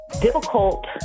difficult